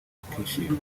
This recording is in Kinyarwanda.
akishima